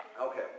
Okay